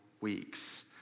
weeks